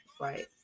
Right